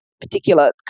particular